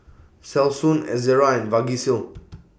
Selsun Ezerra and Vagisil